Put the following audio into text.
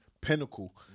Pinnacle